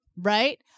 Right